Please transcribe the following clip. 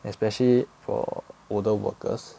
especially for older workers